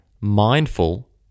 mindful